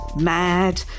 mad